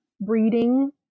breeding